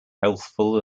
healthful